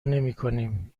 نمیکنیم